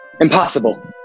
Impossible